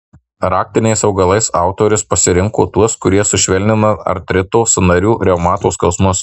raktiniais augalais autorius pasirinko tuos kurie sušvelnina artrito sąnarių reumato skausmus